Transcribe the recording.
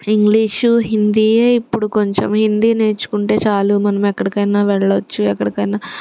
English హిందీయే ఇప్పుడు కొంచెం హిందీ నేర్చుకుంటే చాలు మనం ఎక్కడికైనా వెళ్ళచ్చు ఎక్కడికైనా